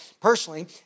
personally